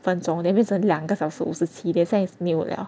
分钟 then 变成两个小时五十七 then 现在没有了